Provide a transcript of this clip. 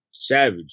Savage